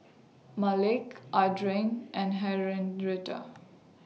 Malik Adriene and